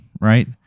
right